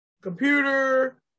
computer